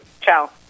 ciao